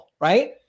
right